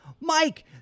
Mike